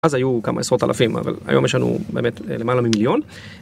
אז היו כמה עשרות אלפים, אבל היום יש לנו באמת למעלה ממיליון.